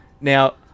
Now